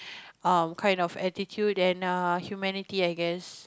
um kind of attitude and err humanity I guess